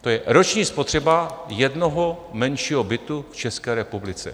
To je roční spotřeba jednoho menšího bytu v České republice.